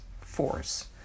force